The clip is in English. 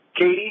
Katie